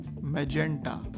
magenta